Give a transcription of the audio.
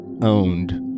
owned